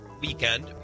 weekend